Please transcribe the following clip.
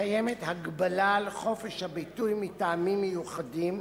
קיימת הגבלה על חופש הביטוי מטעמים מיוחדים,